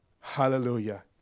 Hallelujah